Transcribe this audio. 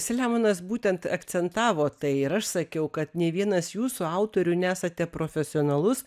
selemonas būtent akcentavo tai ir aš sakiau kad nė vienas jūsų autorių nesate profesionalus